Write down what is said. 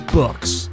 books